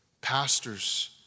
pastors